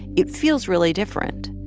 it feels really different.